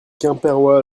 quimpérois